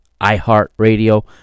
iHeartRadio